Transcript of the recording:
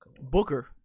Booker